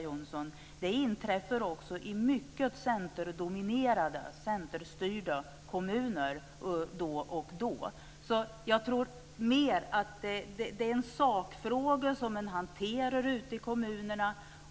Jonsson, sker också i centerstyrda kommuner då och då. Jag tror mer att det är en sakfråga som man hanterar ute i kommunerna.